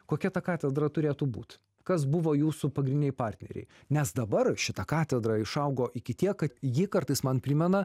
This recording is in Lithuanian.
kokia ta katedra turėtų būt kas buvo jūsų pagrindiniai partneriai nes dabar šita katedra išaugo iki tiek kad ji kartais man primena